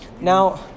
Now